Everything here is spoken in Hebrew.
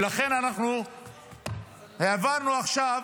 ולכן אנחנו העברנו עכשיו